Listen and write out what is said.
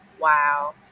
wow